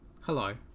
hello